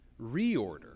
Reorder